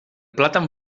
plàtan